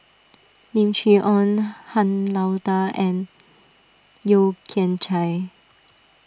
Lim Chee Onn Han Lao Da and Yeo Kian Chai